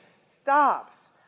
stops